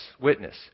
witness